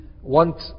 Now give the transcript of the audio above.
want